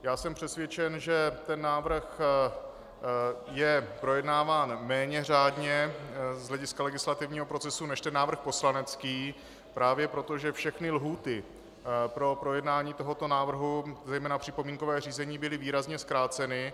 Já jsem přesvědčen, že návrh je projednáván méně řádně z hlediska legislativního procesu než ten návrh poslanecký právě proto, že všechny lhůty pro projednání tohoto návrhu, zejména připomínkové řízení, byly výrazně zkráceny.